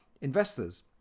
investors